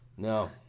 No